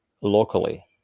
locally